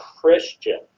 Christian